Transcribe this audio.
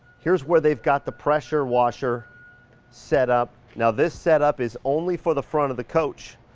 here's where they've got the pressure washer set up. now this set up is only for the front of the coach.